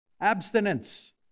abstinence